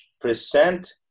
present